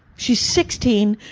she's sixteen,